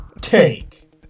take